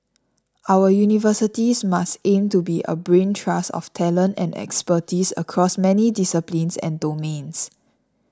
our universities must aim to be a brain trust of talent and expertise across many disciplines and domains